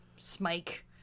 smike